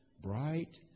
bright